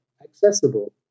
accessible